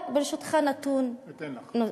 רק ברשותך, נתון נוסף.